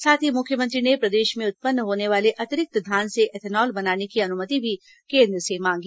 साथ ही मुख्यमंत्री ने प्रदेश में उत्पन्न होने वाले अतिरिक्त धान से एथेनॉल बनाने की अनुमति भी केन्द्र से मांगी